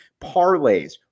parlays